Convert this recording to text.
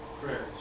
prayers